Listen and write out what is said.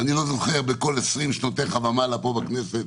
אני לא זוכר בכל 20 שנותיך ומעלה פה בכנסת